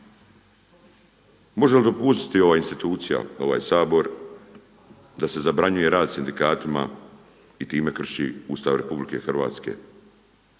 Može li dopustiti ova institucija ovaj Sabor da se zabranjuje rad sindikatima i time krši Ustav Republike Hrvatske?